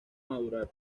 madurar